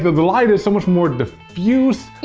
the the light is so much more diffuse. you